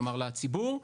כלומר לציבור,